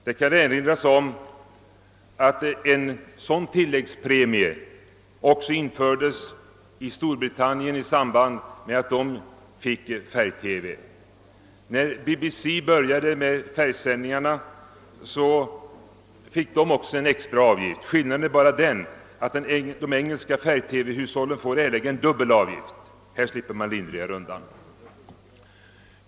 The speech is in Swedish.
Det kan erinras om att en sådan tilläggsavgift också infördes i Storbritannien när BBC började med färgsändningar. Skillnaden är bara den, att de engelska färg TV-hushållen får erlägga dubbel avgift. Här slipper man lindrigare undan.